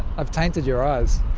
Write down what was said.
i've tainted your eyes.